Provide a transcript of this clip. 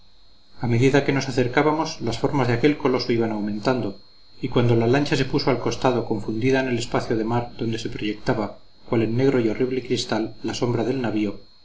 a medida que nos acercábamos las formas de aquel coloso iban aumentando y cuando la lancha se puso al costado confundida en el espacio de mar donde se proyectaba cual en negro y horrible cristal la sombra del navío